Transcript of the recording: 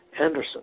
Anderson